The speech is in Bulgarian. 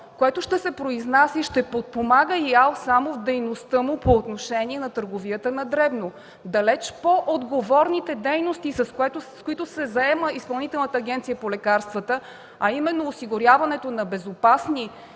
което ще се произнася и ще подпомага ИАЛ само в дейността му по отношение на търговията на дребно. Далеч по-отговорните дейности, с които се заема Изпълнителната агенция по лекарствата, а именно осигуряването на безопасни